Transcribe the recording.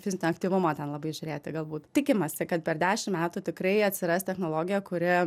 fizinio aktyvumo ten labai žiūrėti galbūt tikimasi kad per dešim metų tikrai atsiras technologija kuri